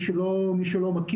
מי שלא מכיר,